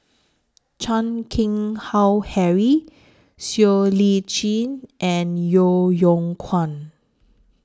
Chan Keng Howe Harry Siow Lee Chin and Yeo Yeow Kwang